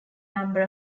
number